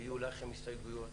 ויהיו לכם הסתייגויות